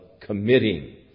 committing